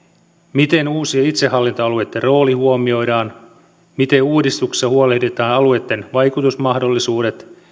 miten uusi itsehallintoalueitten rooli huomioidaan miten uudistuksessa huolehditaan alueitten vaikutusmahdollisuuksista